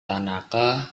tanaka